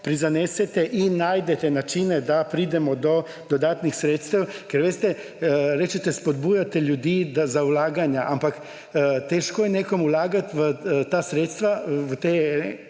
prizanesete in najdete načine, da pridemo do dodatnih sredstev. Ker veste, rečete, da spodbujate ljudi za vlaganja, ampak težko je nekomu vlagati ta sredstva v te